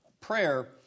prayer